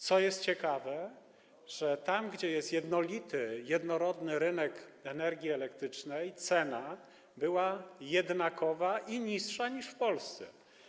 Co ciekawe, tam gdzie jest jednolity, jednorodny rynek energii elektrycznej, cena była jednakowa i niższa niż w Polsce.